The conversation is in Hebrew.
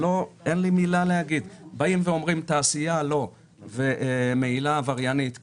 אם באים ואומרים תעשייה - לא ומהילה עבריינית - כן,